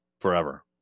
forever